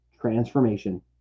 transformation